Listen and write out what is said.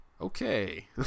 okay